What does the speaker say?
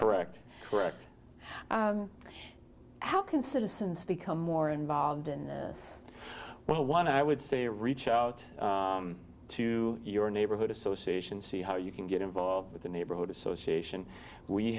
correct correct how can citizens become more involved in this one i would say reach out to your neighborhood association see how you can get involved with the neighborhood